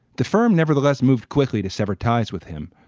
the firm nevertheless moved quickly to sever ties with him.